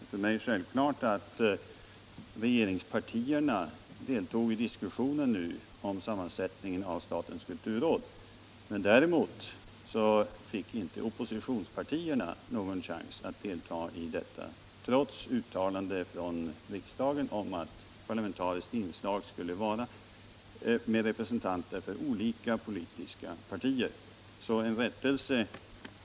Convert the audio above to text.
Herr talman! Det är för mig självklart att regeringspartierna deltog i diskussionen om sammansättningen av statens kulturråd. Däremot fick inte oppositionspartierna någon chans att delta, trots att riksdagen uttalat att det borde finnas ett parlamentariskt inslag med representanter för olika politiska partier. Sedan en rättelse.